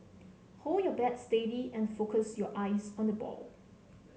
hold your bat steady and focus your eyes on the ball